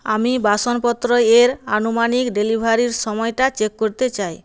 আমি বাসনপত্র এর আনুমানিক ডেলিভারির সময়টা চেক করতে চাই